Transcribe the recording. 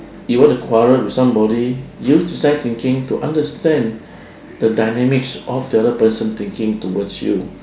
you want to quarrel with somebody use design thinking to understand the dynamics of the other person thinking towards you